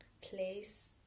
place